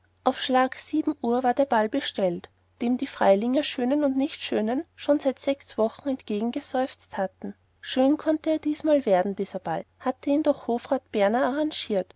schlag sieben uhr aber war der ball bestellt dem die freilinger schönen und nichtschönen schon seit sechs wochen entgegengeseufzt hatten schön konnte er diesmal werden dieser ball hatte ihn doch hofrat berner arrangiert